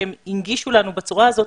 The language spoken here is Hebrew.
שהם הנגישו לנו בצורה הזאת,